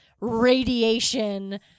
radiation